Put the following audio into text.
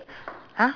!huh!